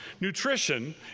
nutrition